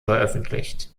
veröffentlicht